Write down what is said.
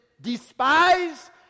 despise